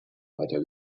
weiter